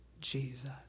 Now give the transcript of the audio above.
Jesus